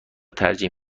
ترجیح